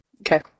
Okay